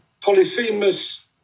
Polyphemus